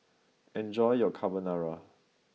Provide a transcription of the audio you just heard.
enjoy your Carbonara